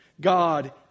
God